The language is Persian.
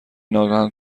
ناگهان